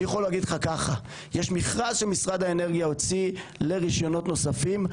יש מכרז שמשרד האנרגיה הוציא לרישיונות נוספים.